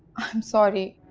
i'm sorry.